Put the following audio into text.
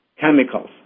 chemicals